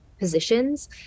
positions